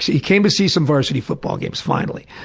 he came to see some varsity football games finally.